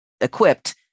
equipped